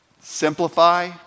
simplify